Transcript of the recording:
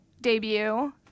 debut